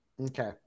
okay